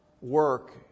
work